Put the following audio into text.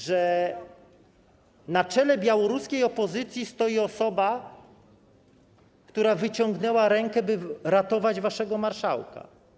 że na czele białoruskiej opozycji stoi osoba, która wyciągnęła rękę, by ratować waszego marszałka.